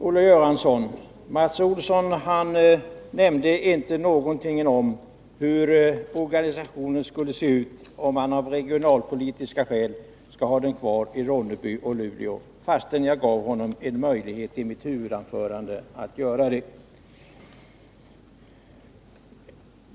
Herr talman! Jag gav i mitt huvudanförande Mats Olsson en möjlighet att nämna hur organisationen skulle se ut om man av regionalpolitiska skäl skall ha den kvar i Ronneby och Luleå. Men han nämnde inte någonting om det, Olle Göransson.